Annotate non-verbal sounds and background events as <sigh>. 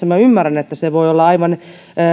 <unintelligible> minä ymmärrän että tällaisessa tilanteessa se voi olla aivan